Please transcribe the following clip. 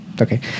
Okay